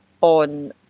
on